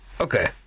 Okay